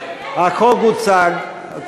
כן, כן, החוק הוצג.